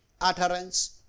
utterance